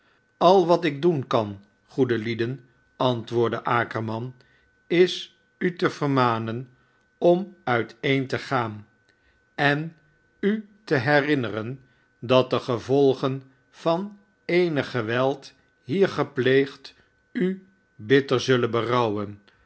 al wat ik doen kan goede lieden antwoordde akerman is u te vermanen om uiteen te gaan en u te herinneren dat de gevolgen van eenig geweld hier gepleegd u bitter zullen